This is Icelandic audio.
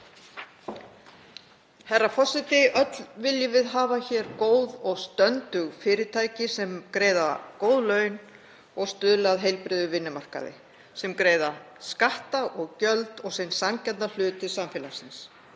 Herra forseti. Öll viljum við hafa hér góð og stöndug fyrirtæki sem greiða góð laun og stuðla að heilbrigðum vinnumarkaði, sem greiða skatta og gjöld og sinn sanngjarna hlut til samfélagsins.